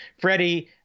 Freddie